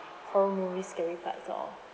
horror movie scary parts loh